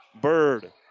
Bird